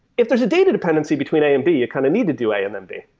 if there's a data dependency between a and b, you kind of need to do a and then b.